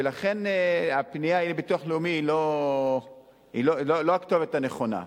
ולכן הפנייה לביטוח לאומי היא לא הכתובת הנכונה.